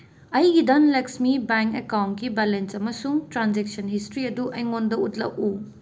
ꯑꯩꯒꯤ ꯙꯟ ꯂꯛꯁꯃꯤ ꯕꯦꯡ ꯑꯦꯀꯥꯎꯟꯀꯤ ꯕꯦꯂꯦꯟꯁ ꯑꯃꯁꯨꯡ ꯇ꯭ꯔꯥꯟꯖꯦꯛꯁꯟ ꯍꯤꯁꯇ꯭ꯔꯤ ꯑꯗꯨ ꯑꯩꯉꯣꯟꯗ ꯎꯠꯂꯛꯎ